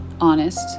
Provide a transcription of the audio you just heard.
honest